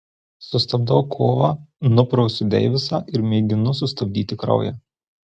sustabdau kovą nuprausiu deivisą ir mėginu sustabdyti kraują